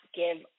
give